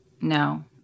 No